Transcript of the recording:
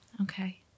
Okay